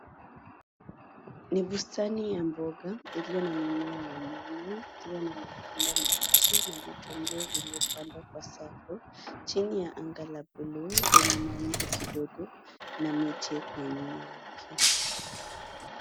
Ni bustani ya mboga iliyo na mimea ya nyanya, iliyo na matunda mabichi na vitunguu vilivyo pandwa kwa safu chini ya anga la bluu lenye mawingu kidogo na miti kwa nyuma yake.